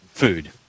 food